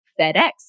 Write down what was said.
FedEx